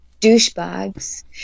douchebags